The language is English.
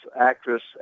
actress